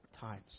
times